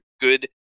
good